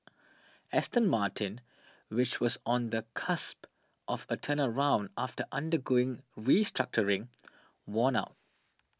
Aston Martin which was on the cusp of a turnaround after undergoing restructuring won out